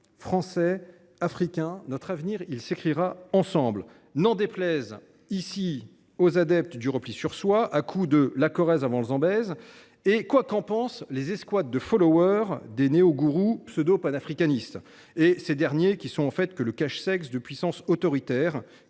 Français, Africains, notre avenir s’écrira ensemble, n’en déplaise aux adeptes du repli sur soi, à coups de « la Corrèze avant le Zambèze », et quoi qu’en pensent les escouades de des néo gourous pseudo panafricanistes, ces derniers n’étant que le cache sexe de puissances autoritaires